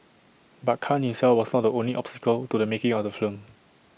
but Khan himself was not the only obstacle to the making of the film